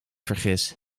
vergis